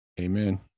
Amen